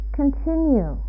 continue